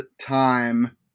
time